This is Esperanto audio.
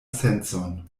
sencon